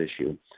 issue